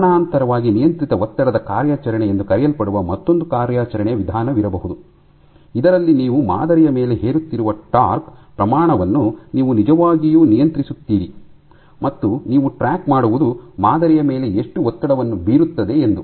ಸಮಾನಾಂತರವಾಗಿ ನಿಯಂತ್ರಿತ ಒತ್ತಡದ ಕಾರ್ಯಾಚರಣೆ ಎಂದು ಕರೆಯಲ್ಪಡುವ ಮತ್ತೊಂದು ಕಾರ್ಯಾಚರಣೆಯ ವಿಧಾನವಿರಬಹುದು ಇದರಲ್ಲಿ ನೀವು ಮಾದರಿಯ ಮೇಲೆ ಹೇರುತ್ತಿರುವ ಟಾರ್ಕ್ ಪ್ರಮಾಣವನ್ನು ನೀವು ನಿಜವಾಗಿಯೂ ನಿಯಂತ್ರಿಸುತ್ತೀರಿ ಮತ್ತು ನೀವು ಟ್ರ್ಯಾಕ್ ಮಾಡುವುದು ಮಾದರಿಯ ಮೇಲೆ ಎಷ್ಟು ಒತ್ತಡವನ್ನು ಬೀರುತ್ತದೆ ಎಂದು